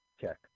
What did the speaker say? Check